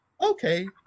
okay